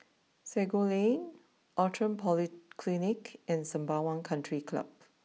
Sago Lane Outram Polyclinic and Sembawang country Club